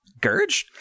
Gurge